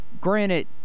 granted